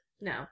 No